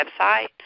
website